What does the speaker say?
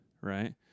right